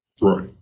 right